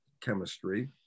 chemistry